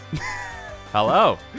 hello